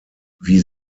wie